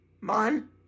man